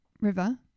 River